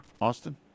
Austin